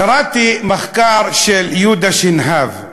קראתי מחקר של יהודה שנהב.